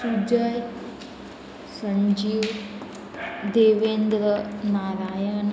Sujay Sanjeev Devendra Narayan